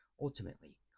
ultimately